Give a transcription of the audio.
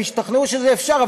הם השתכנעו שזה אפשרי,